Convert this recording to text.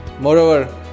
Moreover